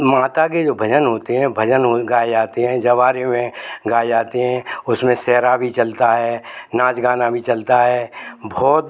माता के जो भजन होतें हैं भजन हों गाए जाते हैं जवारे में गाए जाते हैं उसमें सेहरा भी चलता है नाच गाना भी चलता है बहुत